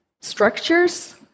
structures